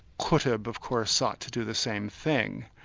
qutb but of course sought to do the same thing,